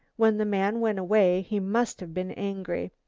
when the man went away he must have been angry.